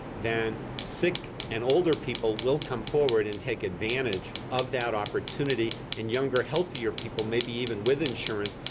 then sick and older people will come forward and take advantage of that opportunity, and younger healthier people, maybe even with insurance,